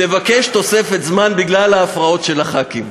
תבקש תוספת זמן בגלל ההפרעות של חברי הכנסת.